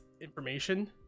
information